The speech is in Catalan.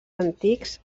antics